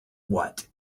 what